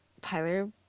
Tyler